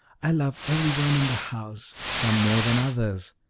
i love every one in the house, some more than others.